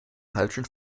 falschen